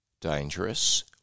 dangerous